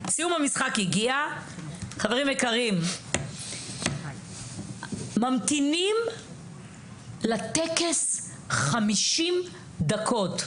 חברים יקרים, ממתינים לטקס 50 דקות.